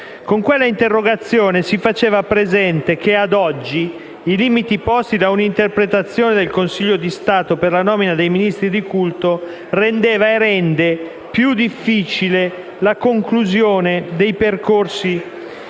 Con quella interrogazione si faceva presente che ad oggi i limiti posti da una interpretazione del Consiglio di Stato per la nomina dei ministri di culto rendeva e rende più difficile la conclusione dei percorsi